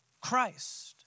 Christ